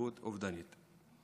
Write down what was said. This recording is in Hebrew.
להתנהגות אובדנית.